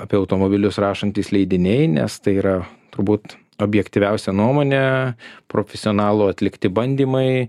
apie automobilius rašantys leidiniai nes tai yra turbūt objektyviausia nuomonė profesionalų atlikti bandymai